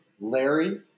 Larry